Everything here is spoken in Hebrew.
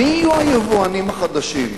מי יהיו היבואנים החדשים,